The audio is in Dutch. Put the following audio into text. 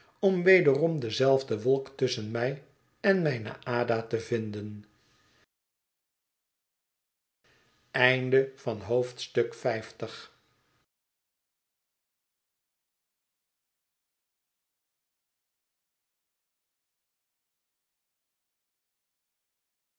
om wederom dezelfde wolk tusschen mij en mijne ada te vinden